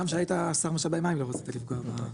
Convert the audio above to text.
גם כשהיית שר משאבי מים לא רצית לפגוע.